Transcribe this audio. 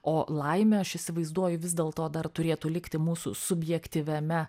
o laimė aš įsivaizduoju vis dėlto dar turėtų likti mūsų subjektyviame